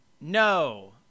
no